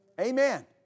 Amen